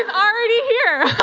and already here.